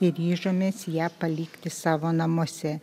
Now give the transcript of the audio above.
ir ryžomės ją palikti savo namuose